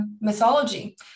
mythology